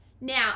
now